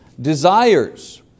Desires